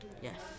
Yes